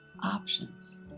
options